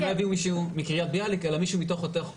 שלא יביאו מישהו מקרית ביאליק אלא מישהו מתוך אותה קבוצה.